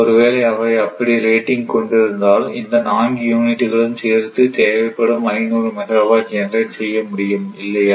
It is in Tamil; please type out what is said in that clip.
ஒருவேளை அவை அப்படி ரேட்டிங் கொண்டிருந்தால் இந்த நான்கு யூனிட்டுகள் ம் சேர்ந்து தேவைப்படும் 500 மெகாவாட் ஜெனரேட் செய்ய முடியும் இல்லையா